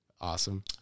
Awesome